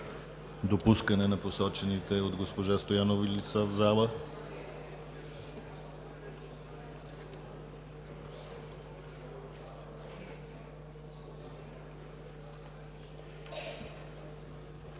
допускане на посочените от госпожа Стоянова лица в залата.